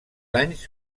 anys